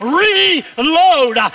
reload